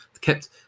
kept